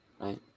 right